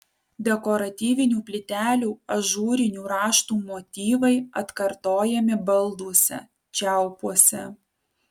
dekoratyvinių plytelių ažūrinių raštų motyvai atkartojami balduose čiaupuose